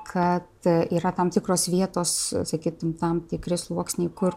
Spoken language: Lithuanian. kad yra tam tikros vietos sakytum tam tikri sluoksniai kur